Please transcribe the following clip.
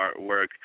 artwork